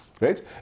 right